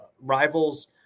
rivals